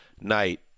night